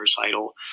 recital